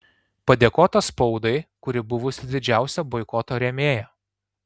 padėkota spaudai kuri buvusi didžiausia boikoto rėmėja